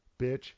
bitch